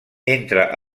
entre